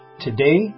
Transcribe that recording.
Today